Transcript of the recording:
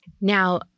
Now